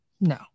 No